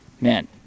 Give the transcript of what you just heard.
man